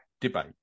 Debate